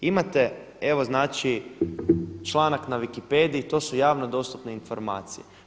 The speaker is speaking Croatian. Imate, evo znači članak na wikipediji to su javno dostupne informacije.